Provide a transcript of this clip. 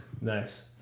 Nice